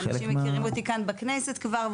אנשים מכירים אותי כאן בכנסת כבר,